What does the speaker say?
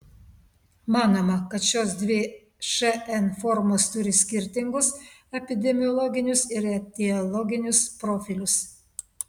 manoma kad šios dvi šn formos turi skirtingus epidemiologinius ir etiologinius profilius